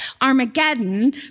Armageddon